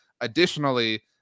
Additionally